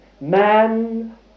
Man